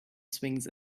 swings